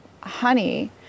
honey